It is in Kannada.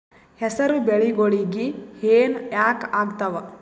ಹೆಸರು ಬೆಳಿಗೋಳಿಗಿ ಹೆನ ಯಾಕ ಆಗ್ತಾವ?